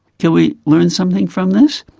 can we learn something from this?